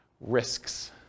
Risks